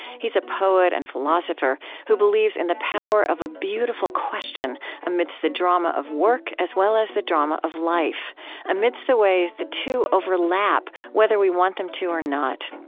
he's a poet and philosopher who believes in the power of a beautiful question amidst the drama of work as well as the drama of life amidst the ways the two overlap, whether we want them to or not.